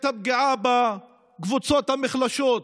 את הפגיעה בקבוצות המוחלשות,